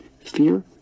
fear